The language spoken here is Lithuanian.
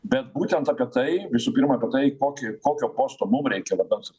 bet būtent apie tai visų pirma apie tai kokį kokio posto mum reikia dabar